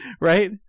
right